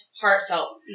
heartfelt